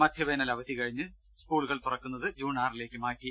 മധ്യവേനൽ അവധി കഴിഞ്ഞ് സ്കൂളുകൾ തുറക്കുന്നത് ജൂൺ ആറിലേക്ക് മാറ്റി